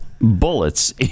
bullets